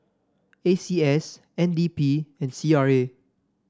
A C S N D P and C R A